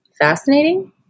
fascinating